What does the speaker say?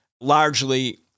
largely